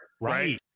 right